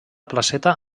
placeta